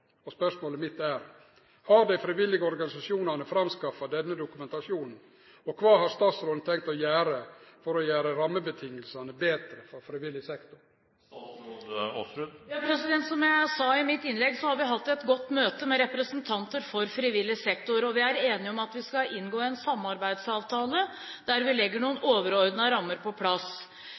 områda. Spørsmålet mitt er: Har dei frivillige organisasjonane skaffa fram slik dokumentasjon, og kva har statsråden tenkt å gjere for å gjere rammevilkåra betre for frivilleg sektor? Som jeg sa i mitt innlegg, har vi hatt et godt møte med representanter for frivillig sektor. Vi er enige om at vi skal inngå en samarbeidsavtale der vi legger noen overordnede rammer på plass.